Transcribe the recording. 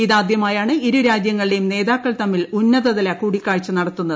ഇത് ആദ്യമായാണ് ഇരു രാജ്യങ്ങളിലേയും നേതാക്കൾ തമ്മിൽ ഉന്നത തല കൂടിക്കാഴ്ച നടത്തുന്നത്